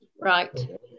Right